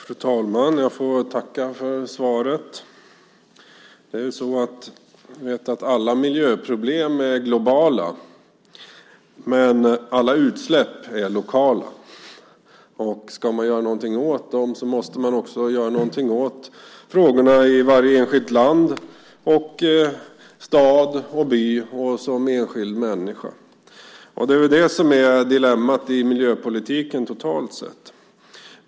Fru talman! Jag får tacka för svaret. Vi vet att alla miljöproblem är globala. Men alla utsläpp är lokala, och ska man göra någonting åt dem måste man också göra någonting åt frågorna i varje enskilt land, i varje enskild stad och by och som enskild människa. Det är väl det som är dilemmat i miljöpolitiken, totalt sett.